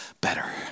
better